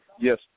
Yes